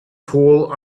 pool